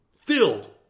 Filled